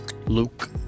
Luke